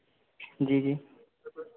जी जी